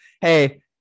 hey